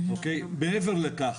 מעבר לכך,